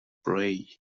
pray